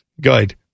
Good